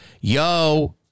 yo